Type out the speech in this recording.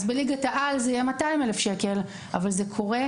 אז בליגת העל זה יהיה 200,000. זה קורה,